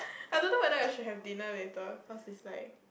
I don't know whether I should have dinner later cause is like